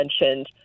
mentioned